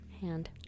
hand